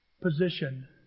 position